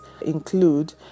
include